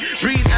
Breathe